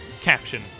caption